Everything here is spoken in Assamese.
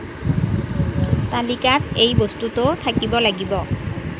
তালিকাত এই বস্তুটো থাকিব লাগিব